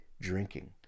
drinking